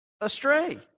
astray